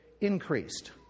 increased